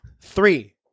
Three